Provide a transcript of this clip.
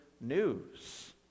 news